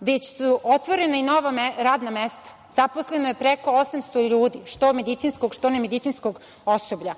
već su otvorena i nova radna mesta. Zaposleno je preko 800 ljudi, što medicinskog, što ne medicinskog osoblja.